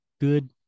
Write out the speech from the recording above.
good